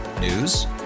News